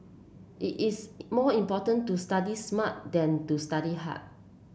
it is more important to study smart than to study hard